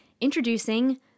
Introducing